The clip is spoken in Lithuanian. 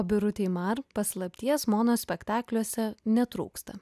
o birutei man paslapties monospektakliuose netrūksta